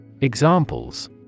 Examples